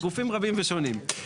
גופים שונים ורבים.